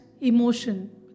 emotion